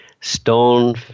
stone